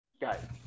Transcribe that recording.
Guys